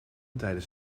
tijdens